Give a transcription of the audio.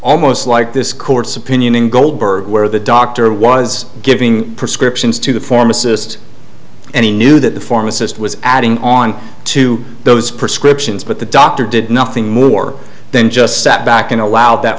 almost like this court's opinion in goldberg where the doctor was giving prescriptions to the pharmacist and he knew that the pharmacist was adding on to those prescriptions but the doctor did nothing more then just sat back and allowed that